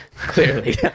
Clearly